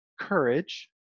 courage